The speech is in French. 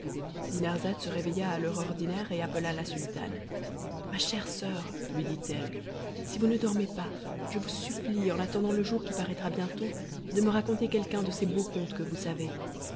se réveilla à l'heure ordinaire et appela la sultane ma chère soeur lui dit-elle si vous ne dormez pas je vous supplie en attendant le jour qui paraîtra bientôt de me raconter quelqu'un de ces beaux contes que vous savez